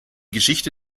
geschichte